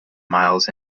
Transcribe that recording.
miles